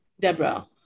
Deborah